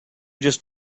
just